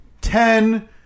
ten